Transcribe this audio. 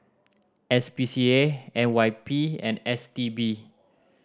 S P C A N Y P and S T B